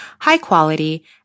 high-quality